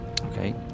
Okay